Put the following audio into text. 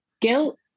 guilt